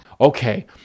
Okay